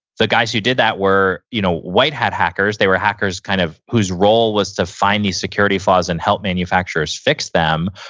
the guys who did that were you know white hat hackers. they were hackers kind of whose role was to find these security flaws and help manufacturers fix them,